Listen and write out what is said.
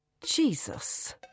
Jesus